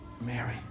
Mary